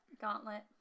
Gauntlet